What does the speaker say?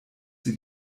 sie